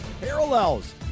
parallels